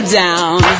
down